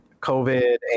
covid